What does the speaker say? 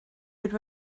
would